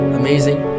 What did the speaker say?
amazing